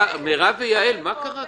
--- מירב ויעל, מה קרה כאן?